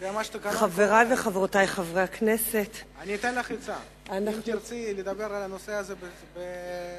אני קורא לחברת הכנסת אורית זוארץ להציג את הצעתה לסדר-היום.